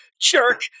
Jerk